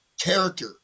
character